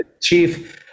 chief